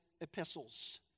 epistles